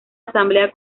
asamblea